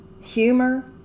Humor